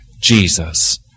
Jesus